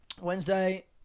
Wednesday